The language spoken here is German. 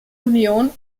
union